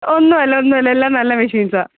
ഒന്നും അല്ല ഒന്നും അല്ല എല്ലാ നല്ല മെഷീൻസാ